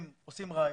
הם עושים ראיונות,